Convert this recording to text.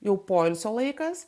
jau poilsio laikas